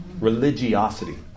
Religiosity